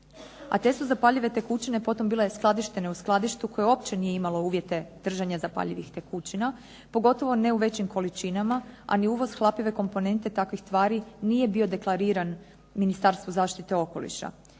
A te su zapaljive tekućine potom bile skladištene u skladištu koje uopće nije imalo uvjete držanja zapaljivih tekućina pogotovo ne u većim količinama, a ni uvoz hlapive komponente takvih tvari nije bio deklariran Ministarstvu zaštite okoliša.